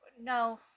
no